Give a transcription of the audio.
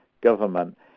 government